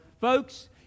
folks